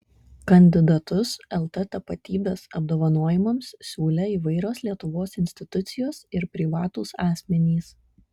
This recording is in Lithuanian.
kandidatus lt tapatybės apdovanojimams siūlė įvairios lietuvos institucijos ir privatūs asmenys